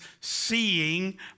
seeing